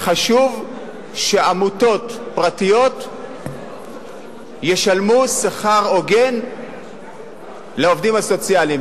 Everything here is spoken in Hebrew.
חשוב שעמותות פרטיות ישלמו שכר הוגן לעובדים הסוציאליים,